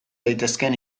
daitezkeen